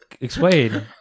Explain